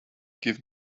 give